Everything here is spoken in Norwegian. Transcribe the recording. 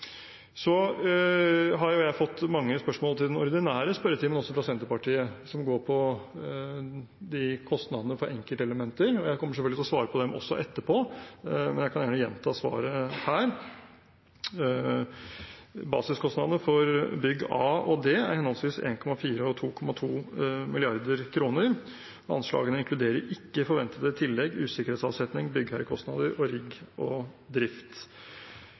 fått mange spørsmål til den ordinære spørretimen fra Senterpartiet, som går på kostnadene for enkeltelementer. Jeg kommer selvfølgelig til å svare på dem etterpå, men jeg kan gjerne ta svaret her også. Basiskostnadene for bygg A og D er henholdsvis 1,4 og 2,2 mrd. kr. Anslagene inkluderer ikke forventede tillegg, usikkerhetsavsetning, byggherrekostnader og rigg og drift.